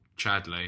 Chadley